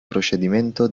procedimento